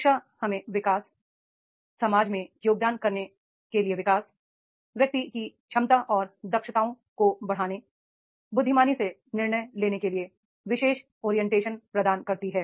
शिक्षा हमें विकास विकास समाज में योगदान करने व्यक्ति की क्षमता और दक्षताओं को बढ़ाने बुद्धिमानी से निर्णय लेने के लिए विशेष ओरियंटेशन प्रदान करती है